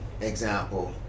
example